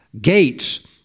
Gates